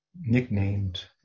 nicknamed